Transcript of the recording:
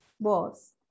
boss